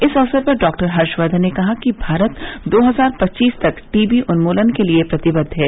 इस अवसर पर डॉक्टर हर्षवर्धन ने कहा कि भारत दो हजार पच्चीस तक टीबी उन्मूलन के लिए प्रतिबद्व है